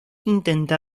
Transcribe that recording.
intenta